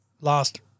last